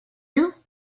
you